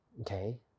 okay